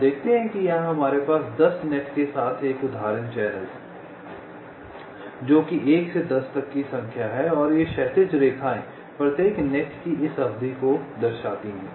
आप देखते हैं कि यहां हमारे पास 10 नेट के साथ एक उदाहरण चैनल है जो कि 1 से 10 तक की संख्या है और ये क्षैतिज रेखाएं प्रत्येक नेट की इस अवधि को दर्शाती हैं